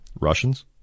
Russians